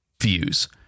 views